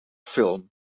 film